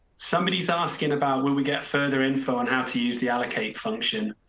somebody's asking about when we get further info on how to use the allocate function.